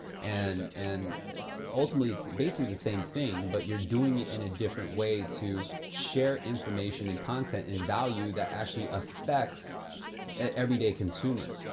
and and ultimately, it's basically the same thing but you're doing it in a different way to share information and content and value that actually affects everyday consumer.